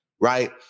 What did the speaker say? right